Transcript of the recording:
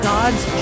God's